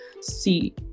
see